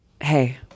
hey